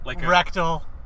rectal